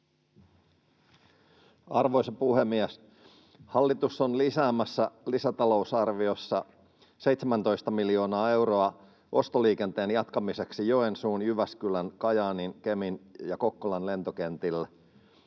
Arvoisa puhemies! Hallitus on lisäämässä lisätalousarviossa 17 miljoonaa euroa ostoliikenteen jatkamiseksi Joensuun, Jyväskylän, Kajaaniin, Kemin ja Kokkolan lentokentillä.